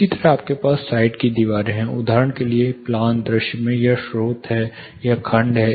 इसी तरह आपके पास साइड की दीवारें हैं उदाहरण के लिए प्लान दृश्य में यह स्रोत है यह खंड है